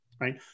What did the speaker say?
right